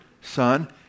Son